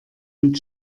mit